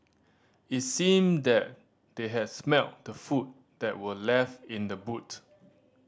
it seemed that they had smelt the food that were left in the boot